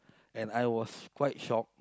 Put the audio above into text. and I was quite shock